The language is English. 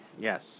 Yes